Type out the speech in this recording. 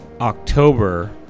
October